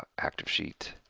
activesheet